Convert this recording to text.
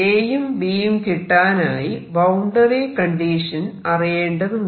Aയും Bയും കിട്ടാനായി boundary condition അറിയേണ്ടതുണ്ട്